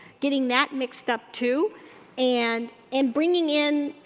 getting that mixed up too and and bringing in,